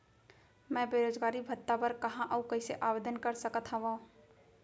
मैं बेरोजगारी भत्ता बर कहाँ अऊ कइसे आवेदन कर सकत हओं?